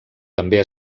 també